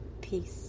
Peace